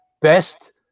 best